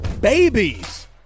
babies